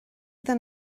den